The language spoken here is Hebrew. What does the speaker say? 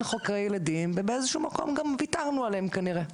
חוקרי ילדים ובאיזשהו מקום גם ויתרנו עליהם כנראה.